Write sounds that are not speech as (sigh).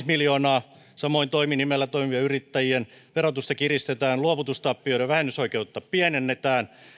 (unintelligible) miljoonaa samoin toiminimellä toimivien yrittäjien verotusta kiristetään luovutustappioiden vähennysoikeutta pienennetään